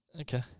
Okay